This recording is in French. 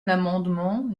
l’amendement